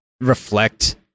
reflect